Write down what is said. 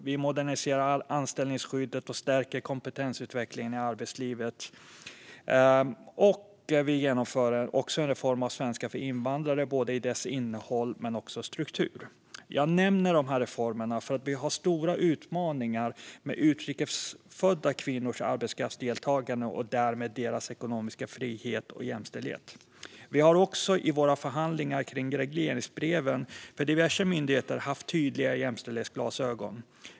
Vi moderniserar anställningsskyddet och stärker kompentensutvecklingen i arbetslivet. Vi genomför också en reform av svenska för invandrare, både dess innehåll och dess struktur. Jag nämner dessa reformer för att vi har stora utmaningar med utrikesfödda kvinnors arbetskraftsdeltagande och därmed deras ekonomiska frihet och jämställdhet. Vi har också i våra förhandlingar kring regleringsbreven för diverse myndigheter haft tydliga jämställdhetsglasögon.